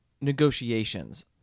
negotiations